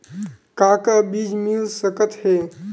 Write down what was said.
का का बीज मिल सकत हे?